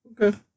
Okay